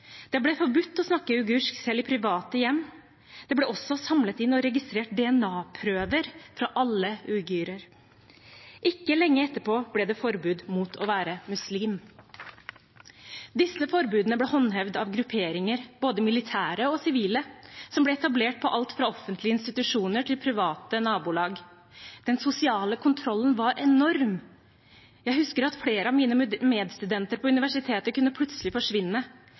Det ble forbudt å snakke uigursk selv i private hjem. Det ble også samlet inn og registrert DNA-prøver fra alle uigurer. Ikke lenge etterpå ble det forbud mot å være muslim. Disse forbudene ble håndhevet av grupperinger, både militære og sivile, som ble etablert i alt fra offentlige institusjoner til private nabolag. Den sosiale kontrollen var enorm. Jeg husker at flere av mine medstudenter på universitetet plutselig kunne forsvinne.